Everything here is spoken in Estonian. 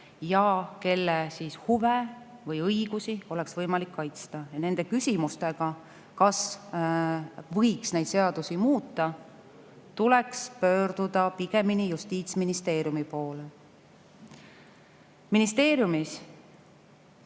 ja kelle huve või õigusi oleks võimalik kaitsta. Nende küsimustega, kas võiks neid seadusi muuta, tuleks pöörduda pigem Justiitsministeeriumi poole.